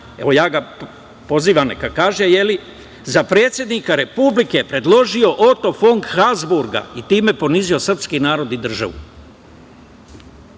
evo ja ga pozivam neka kaže, za predsednika Republike predložio Oto fon Habzburga i time ponizio srpski narod i